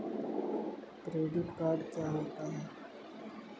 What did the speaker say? Credit card क्या होता है?